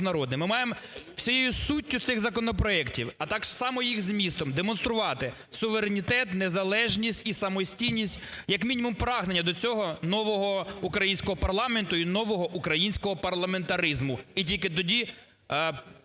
Ми маємо всією суттю цих законопроектів, а так же само їх змістом демонструвати суверенітет, незалежність і самостійність, як мінімум прагнення до цього нового українського парламенту і нового українського парламентаризму. І тільки тоді